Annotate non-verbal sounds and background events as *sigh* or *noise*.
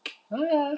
*noise* !aiya!